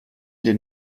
den